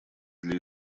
для